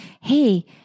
hey